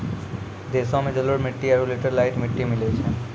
देशो मे जलोढ़ मट्टी आरु लेटेराइट मट्टी मिलै छै